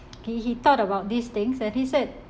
he he thought about these things then he said